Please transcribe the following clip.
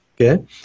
okay